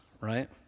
right